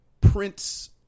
Prince